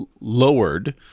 lowered